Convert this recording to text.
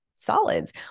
Solids